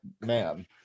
man